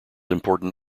important